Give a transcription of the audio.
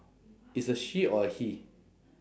it's a she or he